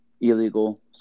illegal